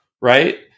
right